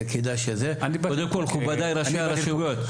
קודם מכובדי ראשי הרשויות,